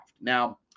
Now